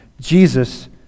Jesus